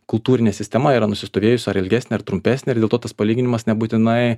kultūrinė sistema yra nusistovėjusi ar ilgesnė trumpesnė ir dėl to tas palyginimas nebūtinai